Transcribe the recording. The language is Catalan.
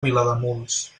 vilademuls